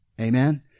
Amen